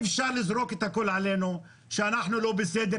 אפשר לזרוק את הכל עלינו שאנחנו לא בסדר,